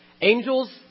Angels